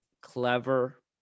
clever